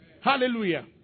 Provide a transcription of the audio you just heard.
Hallelujah